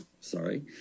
Sorry